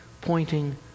pointing